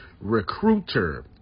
Recruiter